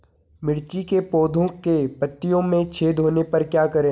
मिर्ची के पौधों के पत्तियों में छेद होने पर क्या करें?